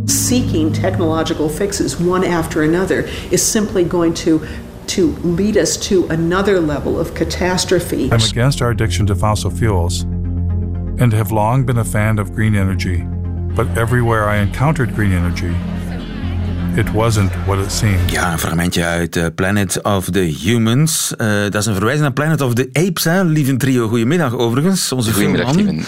Seeking technological fixes one after another is simply going to- to lead us to another level of catastrophe. I'm against our addiction to fossil fuels and have long been a fan of green energy. But everywhere I encountered green energy, it wasn't what it seemed. Ja, een fragmentje uit, eh, Planet of the Humans. Eh, dat is een verwijzing naar Planet of the Apes, hè? Lieve trio, goedemiddag overigens. Onze Goedemiddag, filmman. Steven.